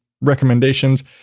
recommendations